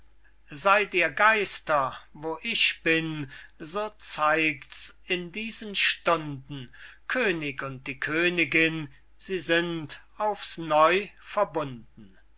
seyd ihr geister wo ich bin so zeigt's in diesen stunden könig und die königinn sie sind auf's neu verbunden